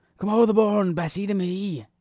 come o'er the bourn, bessy, to me